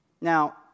Now